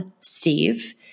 Steve